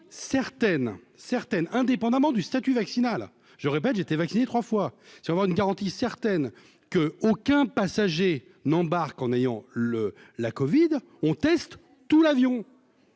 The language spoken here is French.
certaines, indépendamment du statut vaccinal, je répète, j'ai été vacciné trois fois sûrement une garantie certaine que aucun passager n'embarque en ayant le la Covid on teste tout l'avion,